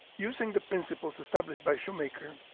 using the principles established by shoemaker,